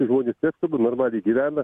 žmonės neskuba normaliai gyvena